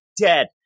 dead